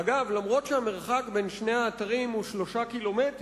אגב, המרחק בין שני האתרים הוא 3 קילומטרים,